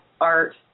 art